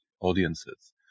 audiences